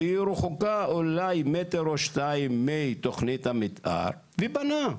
שהיא רחוקה אולי מטר או שניים מתכנית המתאר, ובנה.